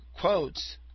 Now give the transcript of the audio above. quotes